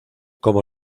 como